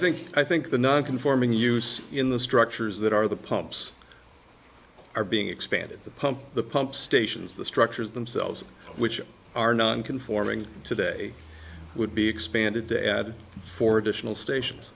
think i think the non conforming use in the structures that are the pumps are being expanded the pumps the pump stations the structures themselves which are non conforming today would be expanded to add for additional stations